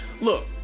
Look